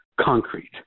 concrete